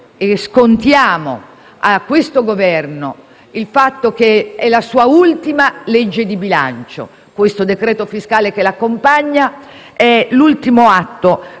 e scontiamo a questo Governo, il fatto che è la sua ultima legge di bilancio. Questo decreto-legge fiscale, che l'accompagna, è l'ultimo atto